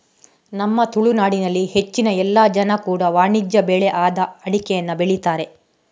ನಮ್ಮ ತುಳುನಾಡಿನಲ್ಲಿ ಹೆಚ್ಚಿನ ಎಲ್ಲ ಜನ ಕೂಡಾ ವಾಣಿಜ್ಯ ಬೆಳೆ ಆದ ಅಡಿಕೆಯನ್ನ ಬೆಳೀತಾರೆ